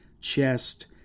chest